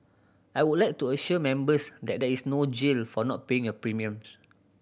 I would like to assure Members that there is no jail for not paying your premiums